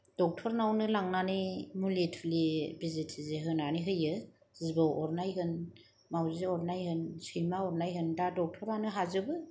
doctor नावनो लांनानै मुलि थुलि बिजि थिजि होनानै होयो जिबौ अरनाय होन माउजि अरनाय होन सैमा अरनाय होन दा डक्टरानो हाजोबो